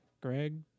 Greg